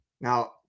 now